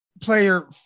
player